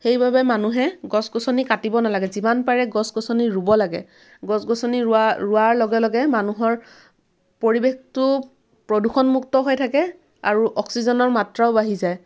সেইবাবে মানুহে গছ গছনি কাটিব নালাগে যিমান পাৰে গছ গছনি ৰুৱ লাগে গছ গছনি ৰুৱা ৰুৱাৰ লগে লগে মানুহৰ পৰিৱেশটো প্ৰদূষণ মুক্ত হৈ থাকে আৰু অক্সিজেনৰ মাত্ৰাও বাঢ়ি যায়